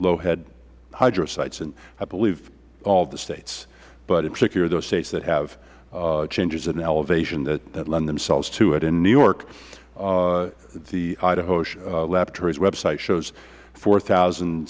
low head hydro sites in i believe all the states but in particular those states that have changes in elevation that lend themselves to it in new york the idaho laboratory's web site shows four thousand